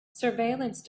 surveillance